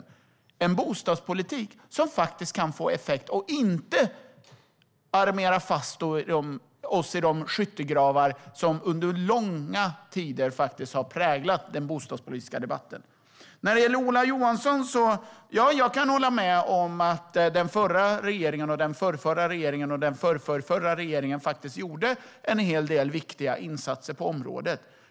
Det handlar om en bostadspolitik som faktiskt kan få effekt och som inte låser fast oss i de skyttegravar som under långa tider har präglat den bostadspolitiska debatten. När det gäller det Ola Johansson sa kan jag hålla med om att den förra, den förrförra och den förrförrförra regeringen faktiskt gjorde en hel del viktiga insatser på området.